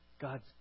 God's